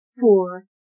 four